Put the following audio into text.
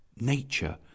Nature